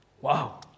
wow